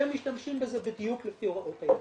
שמשתמשים בזה בדיוק לפי הוראות היצרן.